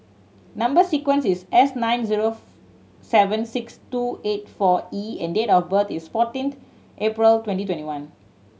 number sequence is S nine zero seven six two eight four E and date of birth is fourteenth April twenty twenty one